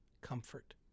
comfort